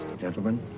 Gentlemen